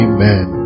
Amen